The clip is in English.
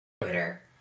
twitter